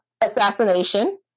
assassination